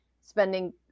spending